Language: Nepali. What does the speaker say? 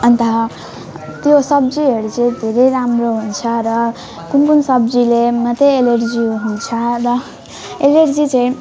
अन्त त्यो सब्जीहरू चाहिँ धेरै राम्रो हुन्छ र कुन कुन सब्जीले मात्रै एलर्जी हुन्छ र एलर्जी चाहिँ